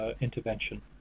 intervention